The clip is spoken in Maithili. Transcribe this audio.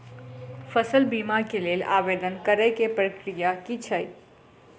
फसल बीमा केँ लेल आवेदन करै केँ प्रक्रिया की छै?